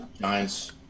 Giants